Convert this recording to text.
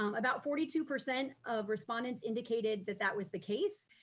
um about forty two percent of respondents indicated that that was the case.